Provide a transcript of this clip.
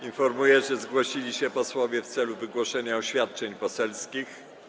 Informuję, że zgłosili się posłowie w celu wygłoszenia oświadczeń poselskich.